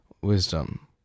wisdom